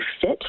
fit